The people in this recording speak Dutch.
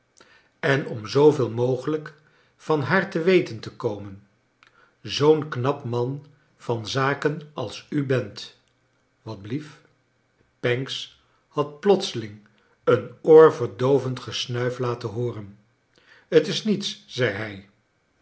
en om zooveel mogelijk van haar te weten te komen zoo'n knap man van zaken als u bent watblief pancks had plotseling een oorverdoovend gesnuif laten ho or en t is niets zei